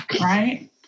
right